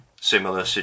Similar